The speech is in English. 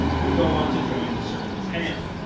would go on to join the serpent's hand,